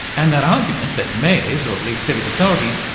and that argument that mayors, or at least civic authorities,